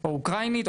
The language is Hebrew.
או אוקראינית,